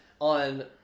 On